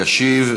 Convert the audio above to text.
ישיב,